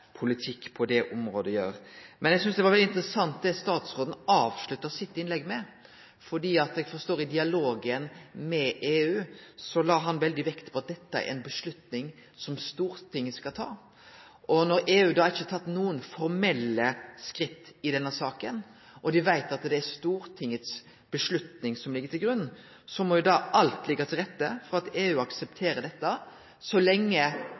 politikk gjer på det området. Men eg syntest at det som statsråden avslutta sitt innlegg med, var veldig interessant, fordi eg forstår at han i dialogen med EU la stor vekt på at dette er ei avgjerd som Stortinget skal ta. Og når EU da ikkje har tatt nokon formelle skritt i denne saka, og dei veit at det er Stortingets avgjerd som ligg til grunn, så må jo da alt liggje til rette for at EU aksepterer dette, så lenge